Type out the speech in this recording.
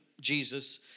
Jesus